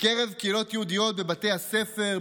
בקרב קהילות יהודיות בבתי הספר,